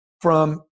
From-